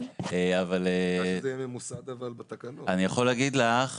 אני יכול להגיד לך,